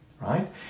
right